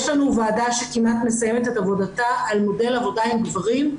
יש לנו ועדה שכמעט מסיימת את עבודתה על מודל עבודה עם גברים,